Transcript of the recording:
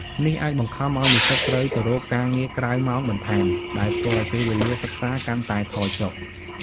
នេះអាចបង្ខំឱ្យនិស្សិតត្រូវទៅរកការងារក្រៅម៉ោងបន្ថែម ដែលធ្វើឱ្យពេលវេលាសិក្សាកាន់តែថយចុះ។